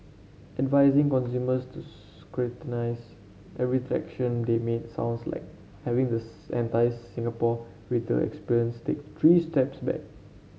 advising consumers to scrutinise every they make sounds like having the entire Singapore retail experience take three steps back